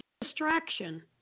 distraction